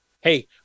Hey